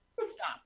stop